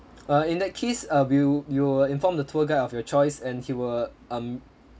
uh in that case uh we will we will inform the tour guide of your choice and he will um